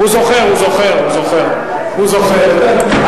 הוא לא זוכר, הוא זוכר, הוא זוכר, הוא זוכר.